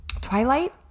Twilight